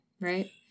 Right